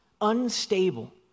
unstable